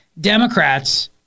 Democrats